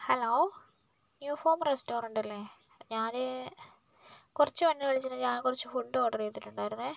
hello you form റെസ്റ്റോറന്റല്ലേ ഞാന് കുറച്ച് മുൻപേ വിളിച്ചിട്ട് ഞാൻ കുറച്ച് ഫുഡ് ഓർഡർ ചെയ്തിട്ടുണ്ടായിരുന്നേ